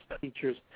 teachers